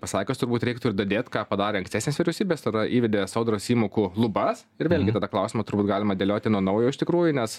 pasakius turbūt reiktų ir dadėt ką padarė ankstesnės vyriausybės tai yra įvedė sodros įmokų lubas ir vėlgi tada klausimą turbūt galima dėlioti nuo naujo iš tikrųjų nes